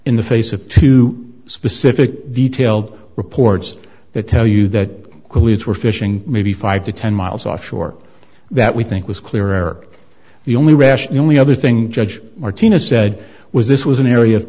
in the face of two specific detailed reports that tell you that leads were fishing maybe five to ten miles offshore that we think was clear or the only rational only other thing judge martina said was this was an area